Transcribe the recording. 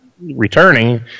returning